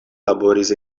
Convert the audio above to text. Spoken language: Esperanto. laboris